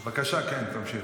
בבקשה, תמשיך.